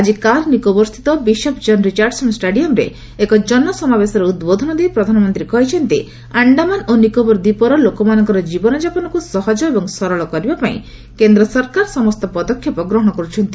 ଆଜି କାର୍ନିକୋବର୍ ସ୍ଥିତ ବିଶପ୍ ଜନ୍ ରିଚାର୍ଡସନ୍ ଷ୍ଟାଡିୟମ୍ରେ ଏକ ଜନସମାବେଶରେ ଉଦ୍ବୋଧନ ଦେଇ ପ୍ରଧାନମନ୍ତ୍ରୀ କହିଛନ୍ତି ଆଣ୍ଡାମାନ୍ ଏବଂ ନିକୋବର ଦ୍ୱୀପର ଲୋକମାନଙ୍କର ଜୀବନଜାପନକୁ ସହଜ ଏବଂ ସରଳ କରିବା ପାଇଁ କେନ୍ଦ୍ର ସରକାର ସମସ୍ତ ପଦକ୍ଷେପ ଗ୍ରହଣ କରୁଛନ୍ତି